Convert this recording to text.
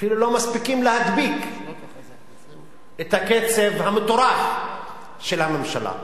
אפילו לא מספיקים להדביק את הקצב המטורף של הממשלה.